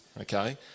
Okay